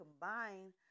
combine